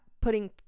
putting